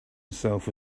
itself